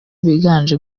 biganje